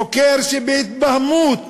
חוקר שבהתבהמות